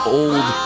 old